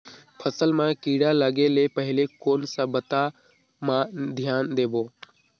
फसल मां किड़ा लगे ले पहले कोन सा बाता मां धियान देबो?